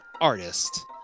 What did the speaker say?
artist